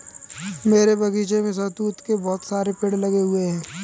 मेरे बगीचे में शहतूत के बहुत सारे पेड़ लगे हुए हैं